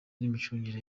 n’imicungire